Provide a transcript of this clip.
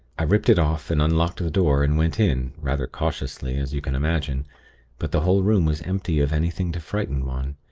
i ripped it off, and unlocked the door, and went in, rather cautiously, as you can imagine but the whole room was empty of anything to frighten one,